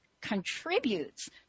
contributes